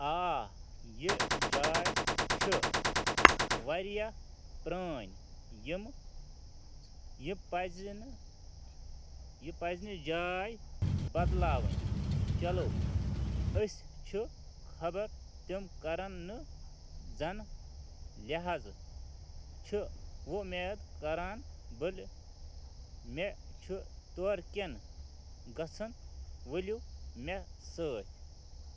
آ یہِ جاے چھِ واریاہ پرٛٲنۍ یِم یہِ پَزِ نہٕ یہِ پَزِ نہٕ جاے بدلاوٕنۍ چلو أسۍ چھِ خبر تِم کَرَن نہٕ زَنہٕ لحاظہٕ چھُ ووٗمید کران بٔلۍ مےٚ چھُ تورکٮ۪ن گژھَن ؤلِو مےٚ سۭتۍ